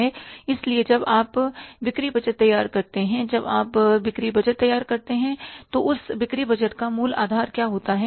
इसलिए जब आप बिक्री बजट तैयार करते हैं जब आप बिक्री बजट तैयार करते हैं तो उस बिक्री बजट का मूल आधार क्या होता है